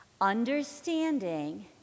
understanding